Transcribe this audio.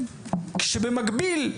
כשבמקביל,